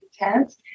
intense